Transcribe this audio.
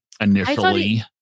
initially